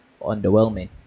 underwhelming